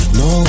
no